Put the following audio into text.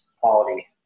quality